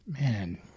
Man